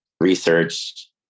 research